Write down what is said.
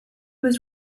was